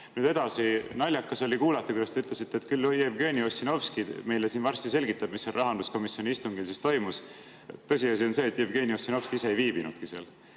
ole. Edasi, naljakas oli kuulata, kui te ütlesite, et küll Jevgeni Ossinovski meile siin varsti selgitab, mis seal rahanduskomisjoni istungil siis toimus. Tõsiasi on see, et Jevgeni Ossinovski ei viibinudki seal.